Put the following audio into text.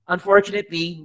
Unfortunately